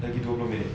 lagi dua puluh minit